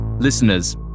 Listeners